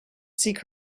seek